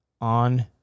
on